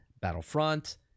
Battlefront